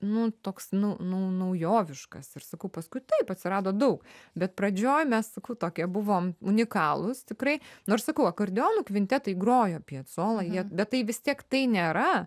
nu toks nu nu naujoviškas ir sakau paskui taip atsirado daug bet pradžioj mes tokie buvom unikalūs tikrai nu ir sakau akordeonų kvintetai grojo piecolą jie bet tai vis tiek tai nėra